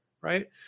Right